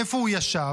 איפה הוא ישב?